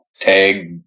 Tag